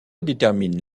détermine